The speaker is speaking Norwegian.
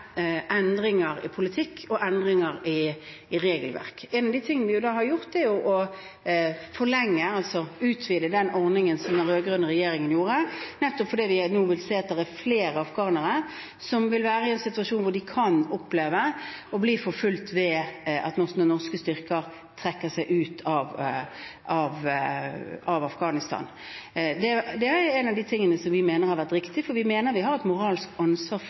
endringer i politikk og endringer i regelverk. En av de tingene vi har gjort, er å utvide den ordningen som den rød-grønne regjeringen innførte, nettopp fordi vi nå vil se at det er flere afghanere som vil være i en situasjon hvor de kan oppleve å bli forfulgt, når norske styrker trekker seg ut av Afghanistan. Det mener vi er riktig, for vi mener vi har et moralsk ansvar for at vi ikke etterlater oss personer som har et